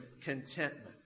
contentment